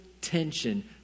tension